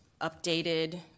updated